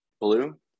Blue